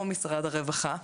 או "משרד הרווחה",